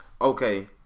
Okay